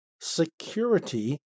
security